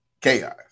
chaos